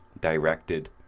directed